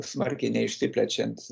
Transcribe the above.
smarkiai neišsiplečiant